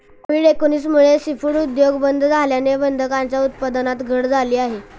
Covid एकोणीस मुळे seafood उद्योग बंद झाल्याने बदकांच्या उत्पादनात घट झाली आहे